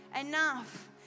enough